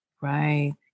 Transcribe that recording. right